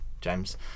James